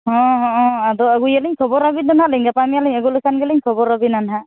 ᱦᱮᱸ ᱦᱮᱸ ᱟᱫᱚ ᱟᱹᱜᱩᱭᱟᱹᱞᱤᱧ ᱠᱷᱚᱵᱚᱨᱟᱵᱤᱱ ᱫᱚ ᱱᱟᱦᱟᱜᱞᱤᱧ ᱜᱟᱯᱟᱼᱢᱮᱭᱟᱝᱞᱤᱧ ᱟᱹᱜᱩ ᱞᱮᱠᱷᱟᱱᱜᱮᱞᱤᱧ ᱠᱷᱚᱵᱚᱨᱟᱵᱤᱱᱟ ᱱᱟᱦᱟᱜ